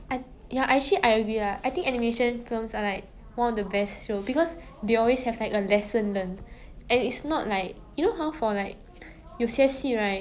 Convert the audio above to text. it's not say you cannot watch you know but for like a lot of shows it's like maybe it's a sixteen plus eighteen plus so it's not very like open to everyone but for animation it's really